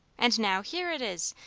and now, here it is,